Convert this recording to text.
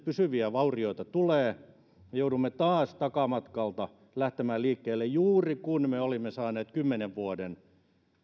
pysyviä vaurioita tulee me joudumme taas takamatkalta lähtemään liikkeelle juuri kun me olimme saaneet kymmenen vuoden